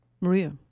Maria